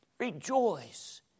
Rejoice